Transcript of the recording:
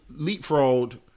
leapfrogged